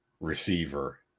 receiver